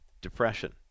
depression